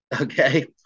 okay